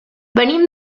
venim